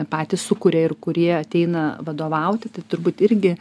patys sukuria ir kurie ateina vadovauti tai turbūt irgi